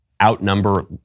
outnumber